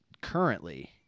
currently